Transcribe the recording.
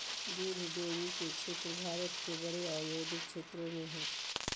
दूध डेरी के क्षेत्र भारत के बड़े औद्योगिक क्षेत्रों में हइ